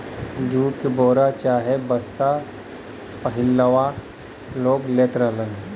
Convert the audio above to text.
jute के बोरा चाहे बस्ता पहिलवां लोग लेत रहलन